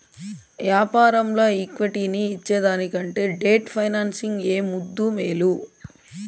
యాపారంల ఈక్విటీని ఇచ్చేదానికంటే డెట్ ఫైనాన్సింగ్ ఏ ముద్దూ, మేలు